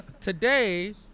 today